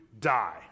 die